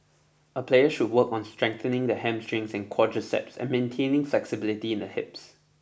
a player should work on strengthening the hamstring and quadriceps and maintaining flexibility in the hips